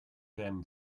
them